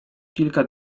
kilka